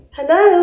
Hello